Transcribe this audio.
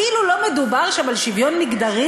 אפילו לא מדובר שם על שוויון מגדרי,